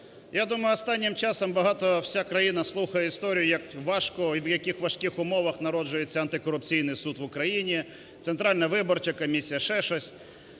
Я думаю, останнім часом багато… вся країна слухає історію, як важко і в яких важких умовах народжується антикорупційний суд в Україні, Центральна виборча комісія, ще щось.